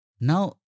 Now